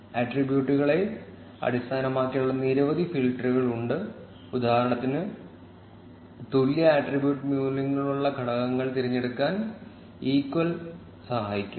ആട്രിബ്യൂട്ടുകളെ അടിസ്ഥാനമാക്കിയുള്ള നിരവധി ഫിൽട്ടറുകൾ ഉണ്ട് ഉദാഹരണത്തിന് തുല്യ ആട്രിബ്യൂട്ട് മൂല്യങ്ങളുള്ള ഘടകങ്ങൾ തിരഞ്ഞെടുക്കാൻ ഈക്വൽ സഹായിക്കും